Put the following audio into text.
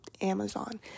Amazon